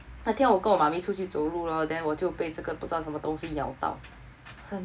那天我跟我 mummy 出去走路 lor then 我就被这个不知道算什么东西咬到